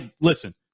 Listen